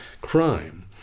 crime